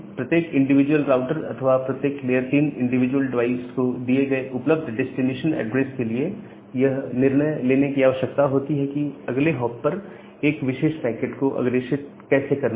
प्रत्येक individual router अथवा प्रत्येक लेयर 3 इंडिविजुअल डिवाइस को दिए गए उपलब्ध डेस्टिनेशन एड्रेस के लिए यह निर्णय लेने की आवश्यकता होती है कि अगले हॉप पर एक विशेष पैकेट को अग्रेषित कैसे करना है